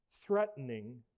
threatening